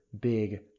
big